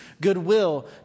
goodwill